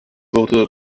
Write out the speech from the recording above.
wurde